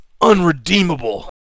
unredeemable